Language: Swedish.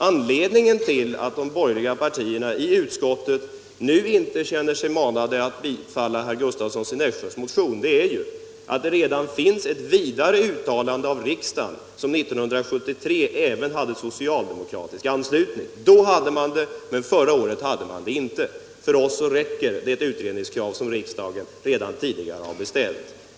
Anledningen till att de borgerliga partierna i utskottet nu inte känner sig manade att bifalla den socialdemokratiska motionen är ju att det redan finns ett tidigare uttalande av riksdagen, vilket 1973 även hade socialdemokratisk anslutning. Då anslöt man sig till uttalandet, men förra året gjorde man det inte. För oss räcker det utredningskrav som riksdagen redan tidigare har ställt.